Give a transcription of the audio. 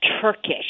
Turkish